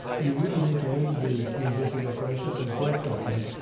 you really need to read the universal declaration it's a great document.